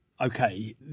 Okay